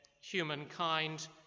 humankind